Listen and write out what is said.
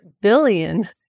billion